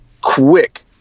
quick